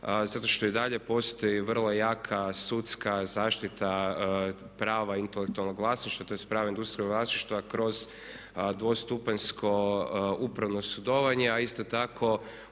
zato što i dalje postoji vrlo jaka sudska zaštita prava intelektualnog vlasništva, tj. prava industrijskog vlasništva kroz dvostupanjsko upravno sudovanje a isto tako